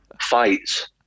fights